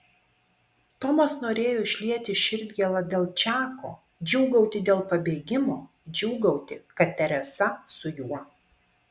tomas norėjo išlieti širdgėlą dėl čako džiūgauti dėl pabėgimo džiūgauti kad teresa su juo